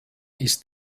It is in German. ist